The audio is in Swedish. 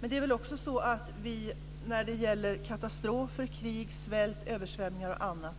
Men när det gäller katastrofer, krig, svält, översvämningar och annat